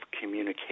communication